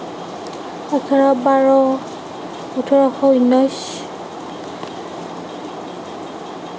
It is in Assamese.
এঘাৰ বাৰ সোতৰশ উনৈছ